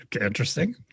interesting